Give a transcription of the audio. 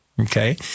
okay